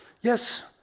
Yes